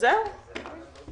(תיקון מס' 2), התשפ"א-2021 אושר.